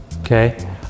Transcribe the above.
okay